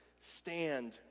stand